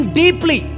deeply